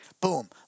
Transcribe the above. Boom